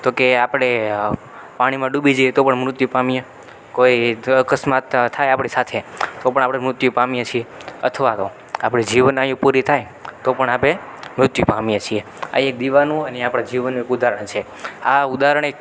તોકે આપણે પાણીમાં ડૂબી જઈએ તો પણ મૃત્યુ પામીએ કોઈ અકસ્માત થાય આપણી સાથે તો પણ આપણે મૃત્યુ પામીએ છીએ અથવા તો આપણી જીવન આયુ પૂરી થાય તો પણ આપણે મૃત્યુ પામીએ છીએ આ એક દીવાનું અને એ આ આપણા જીવનનું એક ઉદાહરણ છે આ ઉદાહરણ એક